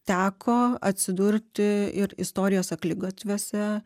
teko atsidurti ir istorijos akligatviuose